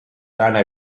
lääne